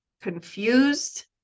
confused